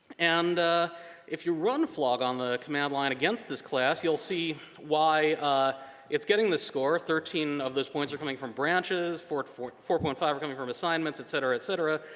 and if you run flog on the command line against this class, you'll see why it's getting this score. thirteen of those points are coming from branches. four four point five are coming from assignments, etcetera, etcetera.